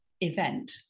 event